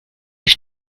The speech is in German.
ich